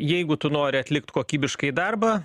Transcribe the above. jeigu tu nori atlikt kokybiškai darbą